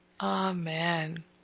amen